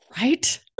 Right